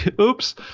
oops